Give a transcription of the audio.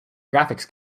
graphics